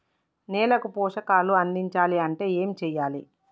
నేలకు పోషకాలు అందించాలి అంటే ఏం చెయ్యాలి?